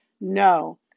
No